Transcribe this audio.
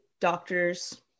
doctors